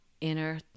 inner